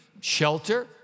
shelter